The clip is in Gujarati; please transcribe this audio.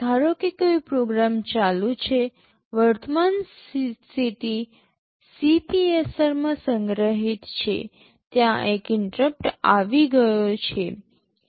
ધારો કે કોઈ પ્રોગ્રામ ચાલુ છે વર્તમાન સ્થિતિ CPSR માં સંગ્રહિત છે ત્યાં એક ઇન્ટરપ્ટ આવી ગયો છે